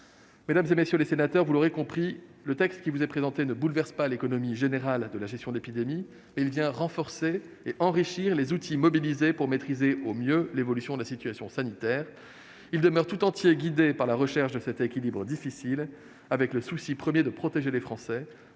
Mesdames, messieurs les sénateurs, vous l'aurez compris, le présent projet de loi ne bouleverse pas l'économie générale de la gestion de l'épidémie, mais il vient renforcer et enrichir les outils mobilisés pour maîtriser au mieux l'évolution de la situation sanitaire. Il demeure tout entier guidé par la recherche de cet équilibre difficile, avec le souci premier de protéger les Français,